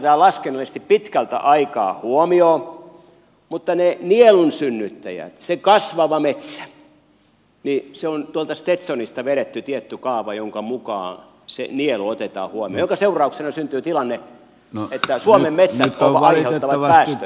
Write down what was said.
päästöt otetaan laskennallisesti pitkältä aikaa huomioon mutta ne nielun synnyttäjät se kasvava metsä se on tuolta stetsonista vedetty tietty kaava jonka mukaan se nielu otetaan huomioon minkä seurauksena syntyy tilanne että suomen metsät aiheuttavat päästöjä